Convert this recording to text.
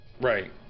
right